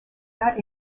not